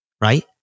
right